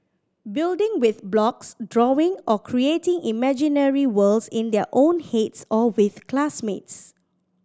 building with blocks drawing or creating imaginary worlds in their own heads or with classmates